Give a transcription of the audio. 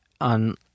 on